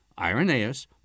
Irenaeus